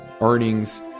earnings